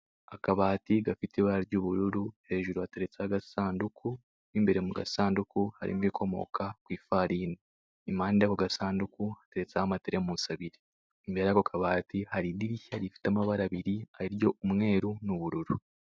Akabati gafite ibara ry'ubururu hejuru hateretseho agasanduku mo imbere mu gasanduku harimo ibikomoka ku ifarini, impande y'ako gasanduku hateretseho amateremusi abiri, imbere y'ako kabati hari idirishya rifite amabara abiri ariyo umweru n'ubururu.